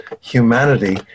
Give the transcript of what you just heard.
humanity